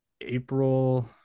April